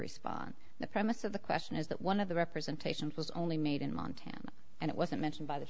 respond the premise of the question is that one of the representation was only made in montana and it wasn't mentioned by the